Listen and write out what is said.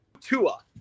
Tua